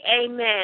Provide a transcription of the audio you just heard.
amen